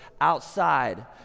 outside